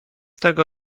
tego